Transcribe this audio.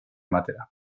ematera